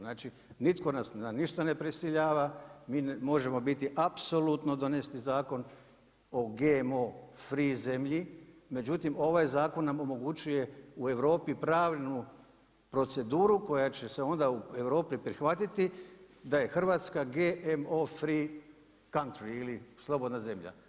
Znači, nitko nas na ništa ne prisiljava, mi možemo donijeti zakonu o GMO free zemlji, međutim ovaj zakon nam omogućuje u Europi pravnu proceduru koja će se onda u Europi prihvatiti da je Hrvatska GMO free country ili slobodna zemlja.